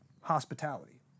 hospitality